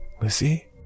Lizzie